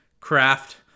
Craft